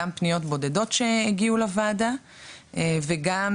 גם פניות בודדות שהגיעו לוועדה וגם